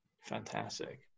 Fantastic